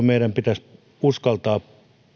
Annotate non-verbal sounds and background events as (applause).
(unintelligible) meidän pitäisi jollakin tavalla uskaltaa